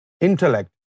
intellect